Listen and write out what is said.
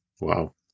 wow